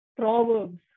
Proverbs